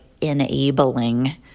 enabling